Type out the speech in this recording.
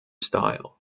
style